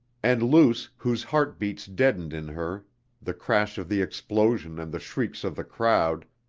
and luce, whose heart beats deadened in her the crash of the explosion and the shrieks of the crowd,